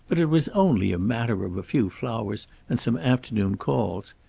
but it was only a matter of a few flowers and some afternoon calls.